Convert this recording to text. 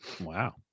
Wow